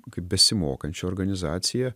kaip besimokančią organizaciją